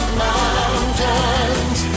mountains